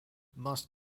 must